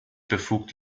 befugt